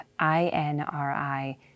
INRI